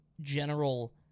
general –